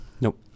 Nope